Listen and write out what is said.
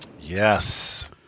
Yes